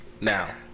now